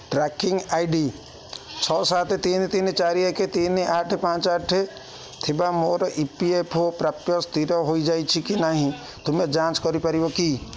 tracking I D ଛଅ ସାତ ତିନି ତିନି ଚାରି ଏକ ତିନି ଆଠ ପାଞ୍ଚ ଆଠ ଥିବା ମୋର ଇ ପି ଏଫ୍ ଓ ପ୍ରାପ୍ୟ ସ୍ଥିର ହେଇଯାଇଛି କି ନାହିଁ ତୁମେ ଯାଞ୍ଚ କରିପାରିବ କି